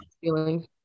feeling